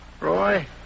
Roy